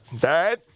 Dad